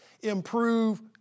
improve